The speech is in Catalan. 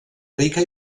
rica